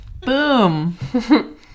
Boom